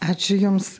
ačiū jums